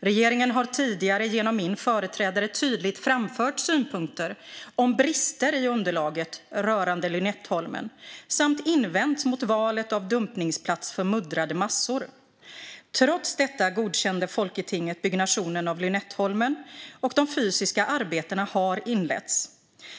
Regeringen har tidigare genom min företrädare tydligt framfört synpunkter om brister i underlaget rörande Lynetteholmen och invänt mot valet av dumpningsplats för muddrade massor. Trots detta godkände folketinget byggnationen av Lynetteholmen, och de fysiska arbetena har inletts.